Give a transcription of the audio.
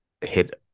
hit